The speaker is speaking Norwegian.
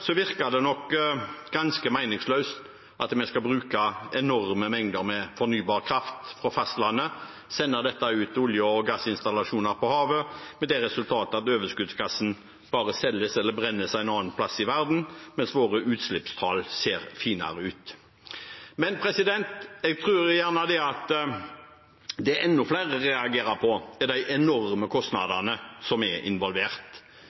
virker det nok ganske meningsløst at vi skal bruke enorme mengder med fornybar kraft på fastlandet og sende dette ut til olje- og gassinstallasjoner på havet, med det resultat at overskuddsgassen bare selges eller brennes et annet sted i verden, mens våre utslippstall ser finere ut. Men det jeg tror enda flere reagerer på, er de enorme kostnadene som er involvert.